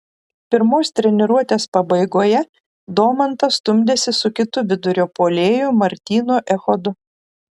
pirmos treniruotės pabaigoje domantas stumdėsi su kitu vidurio puolėju martynu echodu